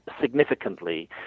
significantly